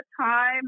time